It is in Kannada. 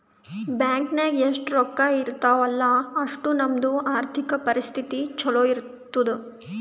ಬ್ಯಾಂಕ್ ನಾಗ್ ಎಷ್ಟ ರೊಕ್ಕಾ ಇರ್ತಾವ ಅಲ್ಲಾ ಅಷ್ಟು ನಮ್ದು ಆರ್ಥಿಕ್ ಪರಿಸ್ಥಿತಿ ಛಲೋ ಇರ್ತುದ್